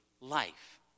life